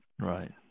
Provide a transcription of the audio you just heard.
right